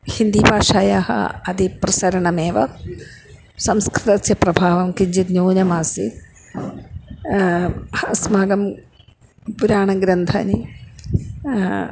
हिन्दीभाषायाः अतिप्रसारणमेव संस्कृतस्य प्रभावं किञ्चित् न्यूनमासीत् अस्माकं पुराणग्रन्थाः